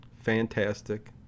Fantastic